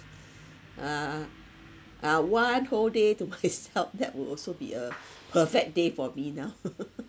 uh uh one whole day to myself that would also be a perfect day for me now